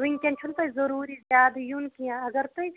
وٕنکٮ۪ن چھو نہٕ تۄہہِ ضروٗری زیادٕ یُن کیٚنٛہہ اگر تُہۍ